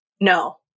No